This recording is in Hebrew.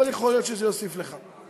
יכול להיות שזה יוסיף לך,